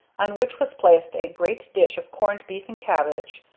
on which was placed a great dish of corned beef and cabbage,